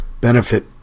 benefit